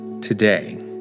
today